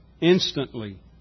instantly